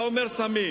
אתה אומר סמים.